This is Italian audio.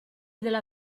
della